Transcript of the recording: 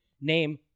Name